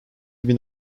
bin